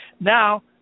Now